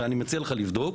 ואני מציע לך לבדוק,